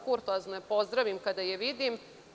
Kurtoazno je pozdravim kada je vidim.